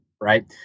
Right